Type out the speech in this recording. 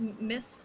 Miss